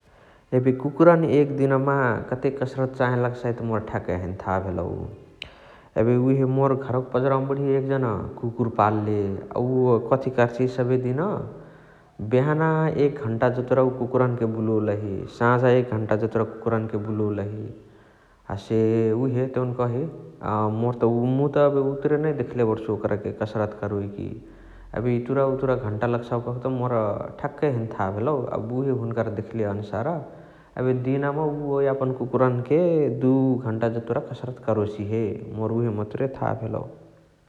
एबे कुकुरानी एक दिनमा कतेक कसरत चही लगसाइ त मोर ठ्याकै हैने थाहा भेलउ । एबे उहे मोर घरवक पजरावमा एकजन कुकुर पालाले । अ उअ कथि कर्सिय सबे दिन बेहना एक घण्टा जतुरा कुकुरहन्के बुलोलही साझा एक घण्टा जतुरा कुकुरहन्के बुलोलही । हसे उहे देउन कही मोर त उअ मुइ त एबे उतुरेनै देखले बणसु ओकरके कसरत करोइकी । एबे इतुरा उतुरा घण्टा लगसाउ कहकेत मोर ठ्याकै हैने थाहा भेलउ । एबे उहे हुन्कर देखली अनुसार एबे दिनमा उअ यापन कुकुरहन्के दु घण्टा जतुरा कसरत करोसिहे । मोर उहे मचर था भेलउ ।